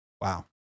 Wow